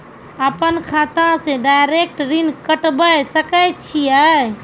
अपन खाता से डायरेक्ट ऋण कटबे सके छियै?